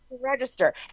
register